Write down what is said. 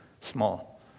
small